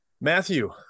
Matthew